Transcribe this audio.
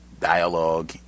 dialogue